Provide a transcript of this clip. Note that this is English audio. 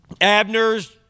Abner's